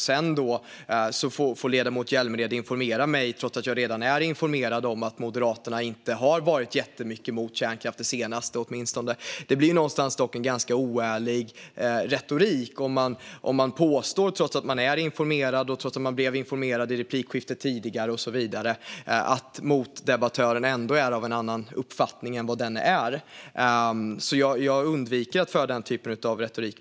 Sedan får då ledamoten Hjälmered informera mig trots att jag redan är informerad om att Moderaterna inte har varit jättemycket emot kärnkraften, åtminstone inte under den senaste tiden. Det blir dock en ganska oärlig retorik om man påstår, trots att man är informerad och trots att man blev informerad i replikskiftet tidigare och så vidare, att motdebattören är av en annan uppfattning än vad den är. Jag undviker att använda den typen av retorik.